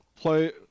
play